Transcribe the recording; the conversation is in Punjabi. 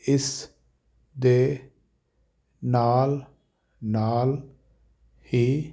ਇਸ ਦੇ ਨਾਲ ਨਾਲ ਹੀ